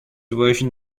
version